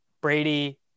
Brady